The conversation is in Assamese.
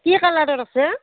কি কালাৰত আছে